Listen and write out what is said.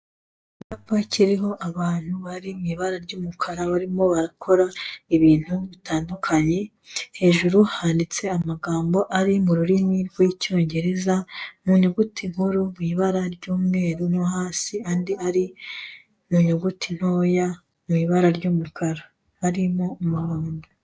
Icyapa kiriho abantu bari mu ibara ry'umukara barimo barakora ibintu bitandukanye, hejuru handitse amagambo ari mu rurimi rw'icyongereza, mu nyuguti nkuru mu ibara ry'umweru mo hasi andi ari mu nyuguti ntoya mu ibara ry'umukara, arimo umuhondo.